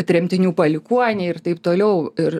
tremtinių palikuoniai ir taip toliau ir